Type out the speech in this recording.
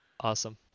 Awesome